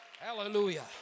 Hallelujah